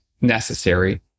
necessary